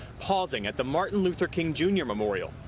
pausing at the martin luther king jr. memorial.